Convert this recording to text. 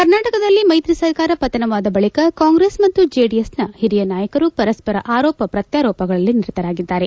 ಕರ್ನಾಟಕದಲ್ಲಿ ಮೈತ್ರಿ ಸರ್ಕಾರ ಪತನವಾದ ಬಳಿಕ ಕಾಂಗ್ರೆಸ್ ಮತ್ತು ಜೆಡಿಎಸ್ನ ಹಿರಿಯ ನಾಯಕರು ಪರಸ್ವರ ಆರೋಪ ಪ್ರತ್ಯಾರೋಪಗಳಲ್ಲಿ ನಿರತರಾಗಿದ್ದಾರೆ